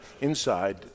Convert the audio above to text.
inside